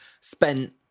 spent